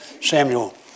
Samuel